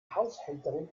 haushälterin